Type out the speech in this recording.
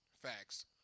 Facts